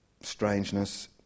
strangeness